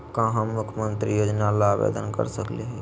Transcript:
का हम मुख्यमंत्री योजना ला आवेदन कर सकली हई?